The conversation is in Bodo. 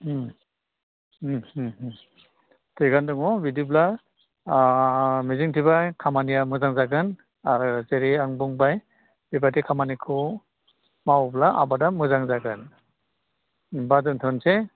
ओम ओम ओम ओम थिगानो दङ बिदिब्ला आह मिजिं थिबाय खामानिया मोजां जागोन आरो जेरै आं बुंबाय बेबादि खामानिखौ मावब्ला आबादा मोजां जागोन होमबा दोन्थ'नोसै